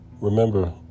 remember